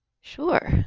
Sure